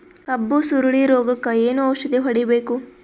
ಕಬ್ಬು ಸುರಳೀರೋಗಕ ಏನು ಔಷಧಿ ಹೋಡಿಬೇಕು?